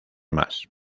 más